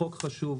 החוק חשוב,